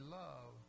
love